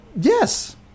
Yes